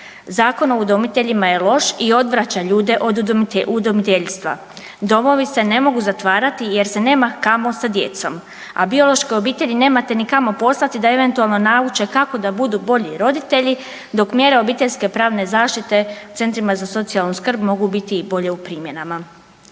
Zakon o udomiteljima je loš i odvraća ljude od udomiteljstva. Domovi se ne mogu zatvarati, jer se nema kamo sa djecom, a biološke obitelji nemate ni kamo poslati da eventualno nauče kako da budu bolji roditelji dok mjere obiteljske pravne zaštite centrima za socijalnu skrb mogu biti i bolje u primjenama.